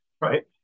right